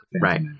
Right